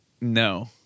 no